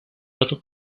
dato